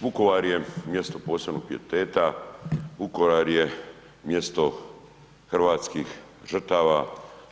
Vukovar je mjesto posebnog pijeteta, Vukovar je mjesto hrvatskih žrtava,